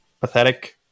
pathetic